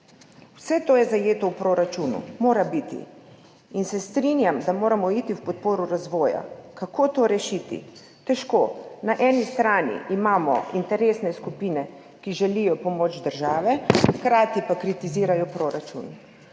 Vse to je zajeto v proračunu, mora biti. Strinjam se, da moramo iti v podporo razvoja. Kako to rešiti? Težko. Na eni strani imamo interesne skupine, ki želijo pomoč države, hkrati pa kritizirajo proračun.